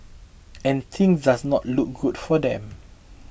and things does not look good for them